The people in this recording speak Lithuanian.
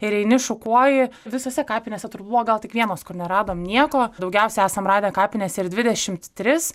ir eini šukuoji visose kapinėse tur buvo gal tik vienos kur neradom nieko daugiausiai esam radę kapinėse ir dvidešimt tris